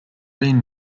been